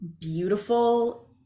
beautiful